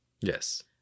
Yes